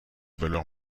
valeur